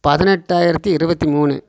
பதினெட்டாயிரத்து இருபத்தி மூணு